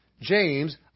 James